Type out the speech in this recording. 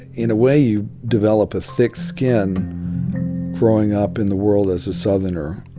in a way, you develop a thick skin growing up in the world as a southerner.